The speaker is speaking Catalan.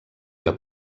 que